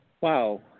Wow